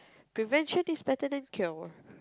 prevention is better than cure